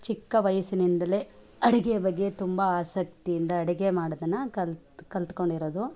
ಚಿಕ್ಕ ವಯಸ್ಸಿನಿಂದಲೇ ಅಡುಗೆಯ ಬಗ್ಗೆ ತುಂಬ ಆಸಕ್ತಿಯಿಂದ ಅಡುಗೆ ಮಾಡೋದನ್ನು ಕಲ್ತು ಕಲ್ತುಕೊಂಡಿರೋದು